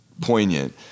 poignant